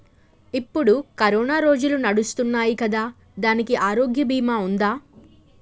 ఇప్పుడు కరోనా రోజులు నడుస్తున్నాయి కదా, దానికి ఆరోగ్య బీమా ఉందా?